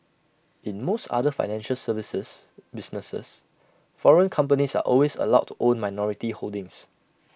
in most other financial services businesses foreign companies are always allowed to own minority holdings